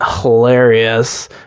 hilarious